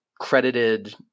credited